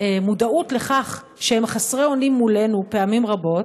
מודעות לכך שהם חסרי אונים מולנו פעמים רבות.